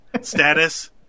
Status